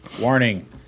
Warning